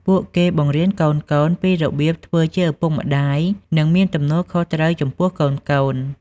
ពួកគេបង្រៀនកូនៗពីរបៀបធ្វើជាឱពុកម្ដាយ និងមានទំនួលខុសត្រូវចំពោះកូនៗ។